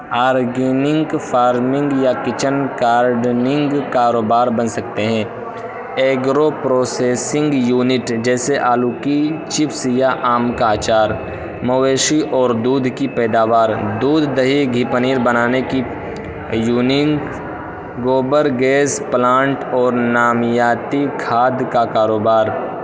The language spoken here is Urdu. آرگینک فارمنگ یا کچن گارڈنگ کاروبار بن سکتے ہیں ایگرو پروسیسنگ یونٹ جیسے آلو کی چپس یا آم کا اچار مویشی اور دودھ کی پیداوار دودھ دہی گھی پنیر بنانے کی یونین گوبر گیس پلانٹ اور نامیاتی کھاد کا کاروبار